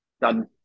done